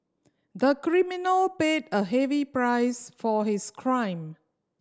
the criminal paid a heavy price for his crime